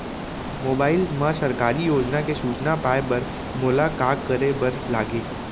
mobile मा सरकारी योजना के सूचना पाए बर मोला का करे बर लागही